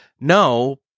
no